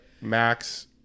max